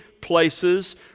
places